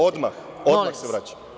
Odmah, odmah se vraćam.